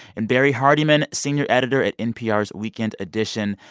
and barrie hardymon, senior editor at npr's weekend edition.